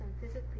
physically